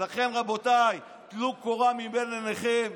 לכן, רבותיי, טלו קורה מבין עיניכם.